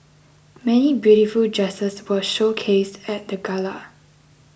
many beautiful dresses were showcased at the Gala